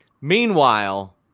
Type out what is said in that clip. meanwhile